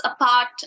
apart